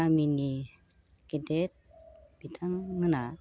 गामिनि गेदेर बिथांमोना